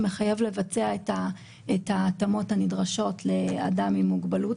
שמחייב לבצע את ההתאמות הנדרשות לאדם עם מוגבלות,